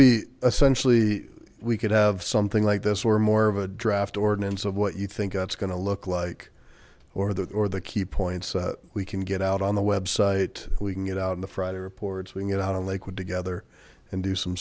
be essentially we could have something like this or more of a draft ordinance of what you think that's going to look like or the or the key points we can get out on the website we can get out in the friday reports we can get out on lakewood together and do some